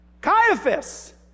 Caiaphas